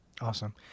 Awesome